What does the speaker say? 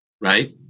right